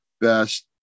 best